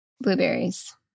blueberries